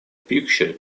picture